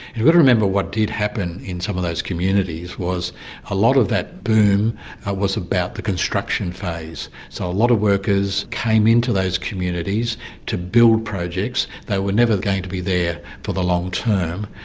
you've got to remember what did happen in some of those communities was a lot of that boom was about the construction phase, so a lot of workers came into those communities to build projects, they were never going to be there for the long term.